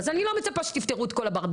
אז אני לא מצפה שתפתרו את כל הברדק,